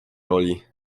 roli